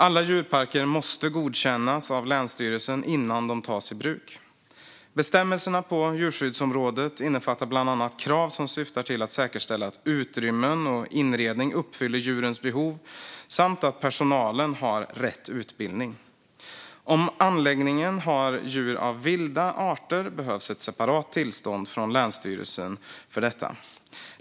Alla djurparker måste godkännas av länsstyrelsen innan de tas i bruk. Bestämmelserna på djurskyddsområdet innefattar bland annat krav som syftar till att säkerställa att utrymmen och inredning uppfyller djurens behov samt att personalen har rätt utbildning. Om anläggningen har djur av vilda arter behövs ett separat tillstånd från länsstyrelsen för detta.